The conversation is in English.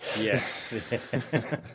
Yes